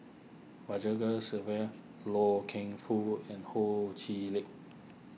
Sadasivan Loy Keng Foo and Ho Chee Lick